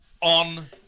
on